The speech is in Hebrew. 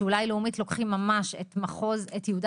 שאולי לאומית לוקחים ממש את מחוז יהודה